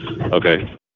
Okay